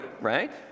right